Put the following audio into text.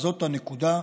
וזאת הנקודה,